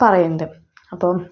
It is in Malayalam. പറയുന്നത് അപ്പം